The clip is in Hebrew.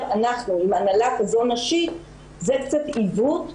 אנחנו עם הנהלה כזו נשית זה קצת עיוות.